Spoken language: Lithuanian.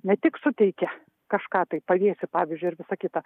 ne tik suteikia kažką tai pavėsį pavyzdžiui ir visa kita